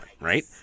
right